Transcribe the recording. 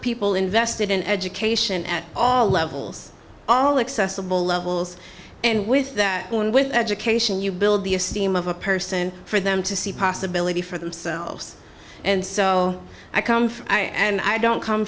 people invested in education at all levels all accessible levels and with that one with education you build the esteem of a person for them to see possibility for themselves and so i come from i and i don't come